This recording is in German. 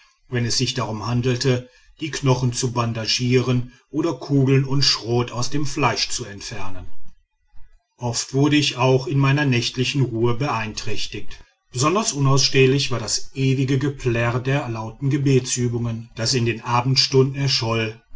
wenn es sich darum handelte die knochen zu bandagieren oder kugeln und schrot aus dem fleisch zu entfernen oft wurde ich auch in meiner nächtlichen ruhe beeinträchtigt besonders unausstehlich war das ewige geplärr der lauten gebetsübungen das in den abendstunden erscholl